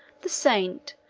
the saint,